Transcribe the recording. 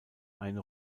eine